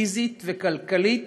פיזית וכלכלית